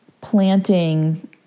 planting